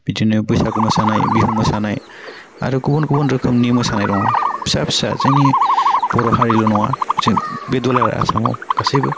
बिदिनो बैसागु मोसानाय बिहु मोसानाय आरो गुबुन गुबुन रोखोमनि मोसानाय दङ फिसा फिसा जोंनि बर' हारिल' नङा जों बे दुलाराइ आसामाव गासैबो